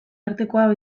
artekoa